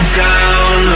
down